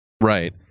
Right